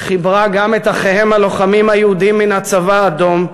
חיברה גם את אחיהם הלוחמים היהודים מהצבא האדום,